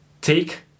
take